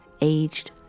aged